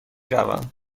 روم